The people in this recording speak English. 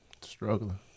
struggling